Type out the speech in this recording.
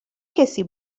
کسی